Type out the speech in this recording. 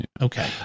okay